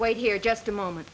wait here just a moment